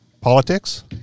Politics